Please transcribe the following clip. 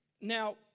Now